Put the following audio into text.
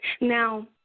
Now